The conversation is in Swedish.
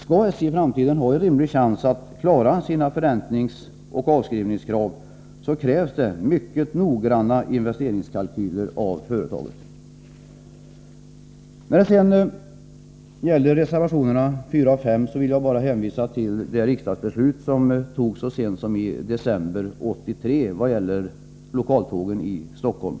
Skall SJ i framtiden ha en rimlig chans att klara sina förräntningsoch avskrivningskrav, då krävs det mycket noggranna investeringskalkyler av företaget. Beträffande reservationerna 4 och 5 nöjer jag mig med att hänvisa till det riksdagsbeslut som fattades så sent som i december 1983 om lokaltågen i Stockholm.